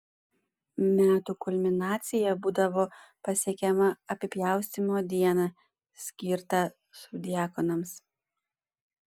metų kulminacija būdavo pasiekiama apipjaustymo dieną skirtą subdiakonams